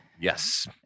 Yes